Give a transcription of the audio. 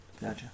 Gotcha